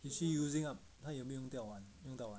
is she using up 她有没有用掉完用掉完